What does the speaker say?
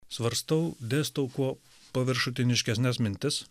svarstau dėstau kuo paviršutiniškesnes mintis